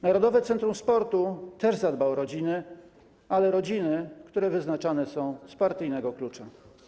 Narodowe Centrum Sportu też zadba o rodziny, ale rodziny, które są wyznaczane z partyjnego klucza.